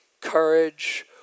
courage